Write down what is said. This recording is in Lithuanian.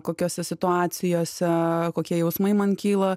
kokiose situacijose kokie jausmai man kyla